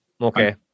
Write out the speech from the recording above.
okay